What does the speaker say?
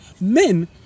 Men